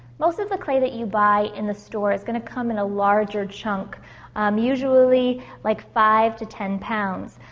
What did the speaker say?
most of the clay that you buy in the store is going to come in a larger chunk um usually like five to ten pounds.